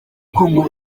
congo